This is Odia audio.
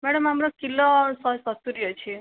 ମ୍ୟାଡ଼ାମ ଆମର କିଲୋ ଶହେ ସତୁରୀ ଅଛି